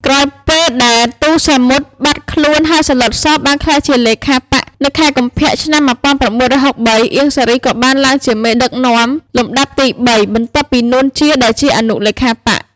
នៅក្រោយពេលដែល ទូ សាមុត បាត់ខ្លួន ហើយ សាឡុត ស បានក្លាយជាលេខាបក្ស នៅខែកុម្ភៈ ឆ្នាំ១៩៦៣ អៀង សារី ក៏បានឡើងជាមេដឹកនាំលំដាប់ទីបី បន្ទាប់ពី នួន ជា ដែលជាអនុលេខាបក្ស។